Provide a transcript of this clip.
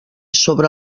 sobre